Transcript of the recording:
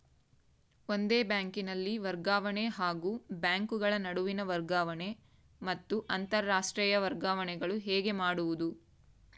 ಒಂದೇ ಬ್ಯಾಂಕಿನಲ್ಲಿ ವರ್ಗಾವಣೆ ಹಾಗೂ ಬ್ಯಾಂಕುಗಳ ನಡುವಿನ ವರ್ಗಾವಣೆ ಮತ್ತು ಅಂತರಾಷ್ಟೇಯ ವರ್ಗಾವಣೆಗಳು ಹೇಗೆ ಮಾಡುವುದು?